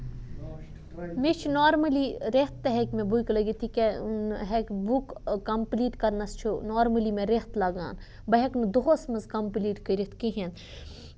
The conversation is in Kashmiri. مےٚ چھُ نارملی رٮ۪تھ تہِ ہٮ۪کہِ مےٚ بُکہِ لٔگِتھ تہِ کیاہ ہیٚکہِ بُک کَمپلیٖٹ کَرنس چھُ نارملی مےٚ رٮ۪تھ لَگان بہٕ ہیٚکہٕ نہٕ دۄہَس مَنز کَمپلیٖٹ کٔرِتھ کِہیٖنۍ